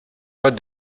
pas